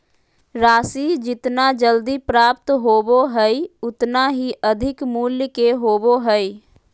राशि जितना जल्दी प्राप्त होबो हइ उतना ही अधिक मूल्य के होबो हइ